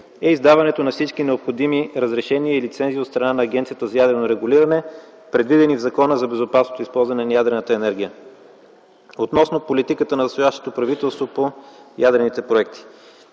е издаването на всички необходими разрешения и лицензии от страна на Агенцията за ядрено регулиране, предвидени в Закона за безопасното използване на ядрената енергия. Относно политиката на досегашното правителство по ядрените проекти.